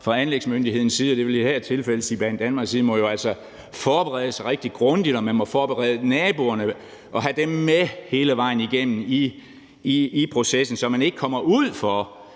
fra anlægsmyndighedens side, og det vil i det her tilfælde sige Banedanmarks side, må forberede sig rigtig grundigt, og man må forberede naboerne og have dem med hele vejen igennem i processen, så man ikke kommer ud for